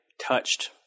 touched